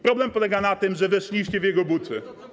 Problem polega na tym, że weszliście w jego buty.